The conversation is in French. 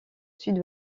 sud